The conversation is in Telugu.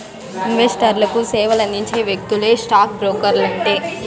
ఇన్వెస్టర్లకు సేవలందించే వ్యక్తులే స్టాక్ బ్రోకర్లంటే